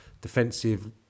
defensive